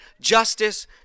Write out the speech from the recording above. justice